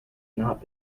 not